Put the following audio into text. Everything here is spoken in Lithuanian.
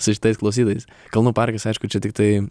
su šitais klausytojais kalnų parkas aišku čia tiktai